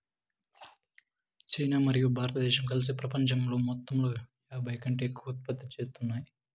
China మరియు భారతదేశం కలిసి పపంచంలోని మొత్తంలో యాభైకంటే ఎక్కువ ఉత్పత్తి చేత్తాన్నాయి